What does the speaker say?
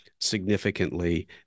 significantly